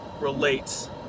relates